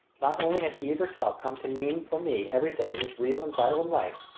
not only had eve herself come to mean for me everything that was real and vital in life,